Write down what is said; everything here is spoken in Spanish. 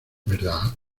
verdad